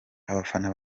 abafana